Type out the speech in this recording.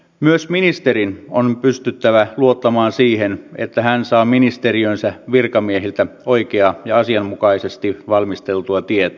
myös ministerin on pystyttävä luottamaan siihen että hän saa ministeriönsä virkamiehiltä oikeaa ja asianmukaisesti valmisteltua tietoa